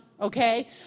okay